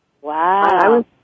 Wow